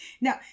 Now